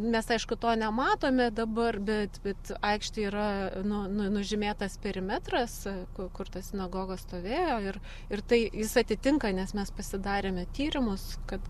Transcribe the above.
mes aišku to nematome dabar bet bet aikštėj yra nu nu nužymėtas perimetras ku kur ta sinagoga stovėjo ir ir tai jis atitinka nes mes pasidarėme tyrimus kad